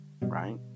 right